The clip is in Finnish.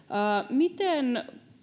miten